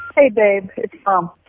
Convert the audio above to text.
hey, babe, it's um